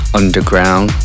underground